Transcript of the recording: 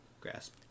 grasp